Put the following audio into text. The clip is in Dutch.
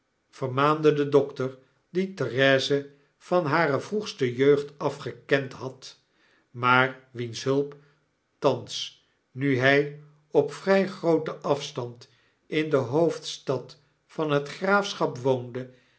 vermaande de dokter die therese van hare vroegste jeugd af gekend had maar wiens hulp thans nu hij op vrij grooten afstand in de hoofdstad van het graafschap woonde